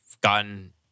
gotten